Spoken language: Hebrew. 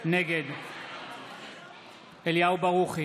נגד אליהו ברוכי,